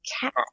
cat